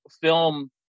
film